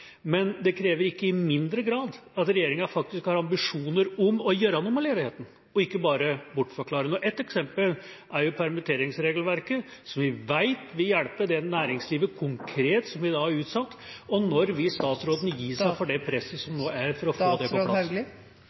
men det krever ikke i mindre grad at regjeringa faktisk har ambisjoner om å gjøre noe med ledigheten – og ikke bare bortforklare det. Ett eksempel er permitteringsregelverket, som vi vet vil hjelpe det næringslivet konkret, men som vi da har utsatt. Når vil statsråden gi etter for det presset som nå er, for